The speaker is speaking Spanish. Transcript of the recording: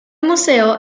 museo